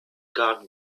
guard